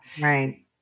Right